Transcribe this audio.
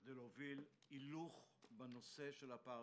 בכדי להוביל הילוך בנושא של הטיפול הפרה-רפואי.